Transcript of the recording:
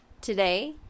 Today